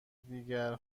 دیگر